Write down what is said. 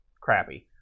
crappy